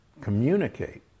communicate